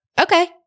okay